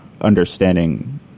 understanding